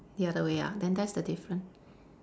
the other way ah then that's the difference